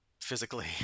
physically